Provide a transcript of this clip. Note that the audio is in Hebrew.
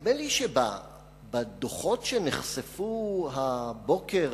נדמה לי שבדוחות שנחשפו הבוקר